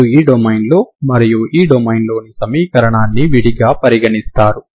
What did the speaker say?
మీరు ఈ డొమైన్లో మరియు ఈ డొమైన్లోని సమీకరణాన్ని విడిగా పరిగణిస్తారు